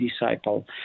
disciple